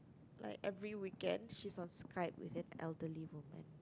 like every weekend she's on Skype with an elderly woman